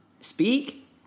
speak